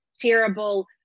terrible